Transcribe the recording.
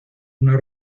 una